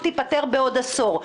תיפתר בעוד עשור.